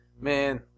man